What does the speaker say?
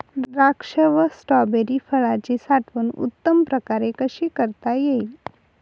द्राक्ष व स्ट्रॉबेरी फळाची साठवण उत्तम प्रकारे कशी करता येईल?